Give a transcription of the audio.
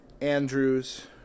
Andrews